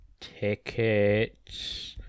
tickets